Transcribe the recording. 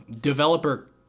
developer